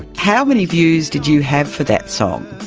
how many views did you have for that song?